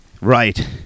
Right